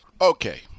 Okay